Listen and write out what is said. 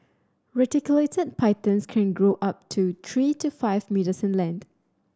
reticulated pythons can grow up to three to five metres in length